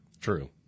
True